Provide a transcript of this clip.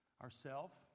ourself